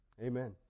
Amen